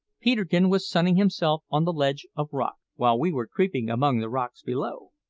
peterkin was sunning himself on the ledge of rock, while we were creeping among the rocks below.